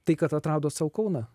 tai kad atradot sau kauną